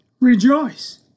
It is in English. rejoice